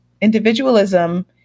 Individualism